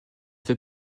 fait